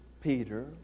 Peter